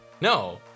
no